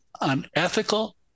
unethical